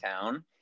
town